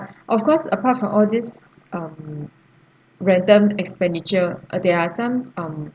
of course apart from all this um random expenditure ah there are some um